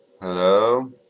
Hello